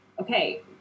okay